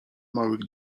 małych